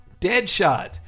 Deadshot